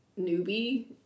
newbie